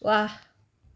ৱাহ